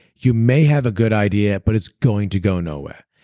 you may have a good idea but it's going to go nowhere.